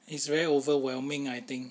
it's very overwhelming I think